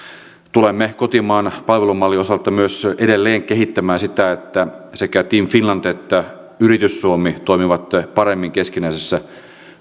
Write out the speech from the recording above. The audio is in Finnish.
tulemme kotimaan palvelumallin osalta myös edelleen kehittämään sitä että sekä team finland että yritys suomi toimivat paremmin keskinäisessä